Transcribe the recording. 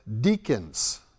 deacons